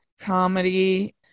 comedy